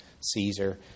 Caesar